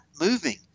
moving